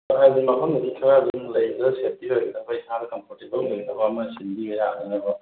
ꯀꯩꯅꯣꯗꯣ ꯃꯐꯝꯗꯨꯗꯤ ꯈꯔ ꯑꯗꯨꯝ ꯂꯩꯕ꯭ꯔꯥ ꯁꯦꯐꯇꯤ ꯑꯣꯏꯒꯗꯕ ꯏꯁꯥꯒ ꯀꯝꯐꯣꯔꯇꯦꯕꯜ ꯑꯣꯏꯒꯗꯕ ꯑꯃ ꯁꯤꯟꯕꯤ ꯌꯥꯅꯅꯕ